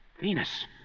Venus